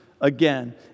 again